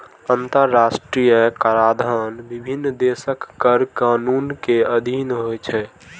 अंतरराष्ट्रीय कराधान विभिन्न देशक कर कानून के अधीन होइ छै